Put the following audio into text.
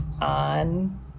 on